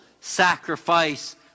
sacrifice